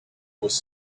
was